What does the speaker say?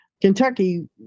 Kentucky